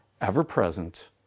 ever-present